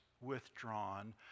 withdrawn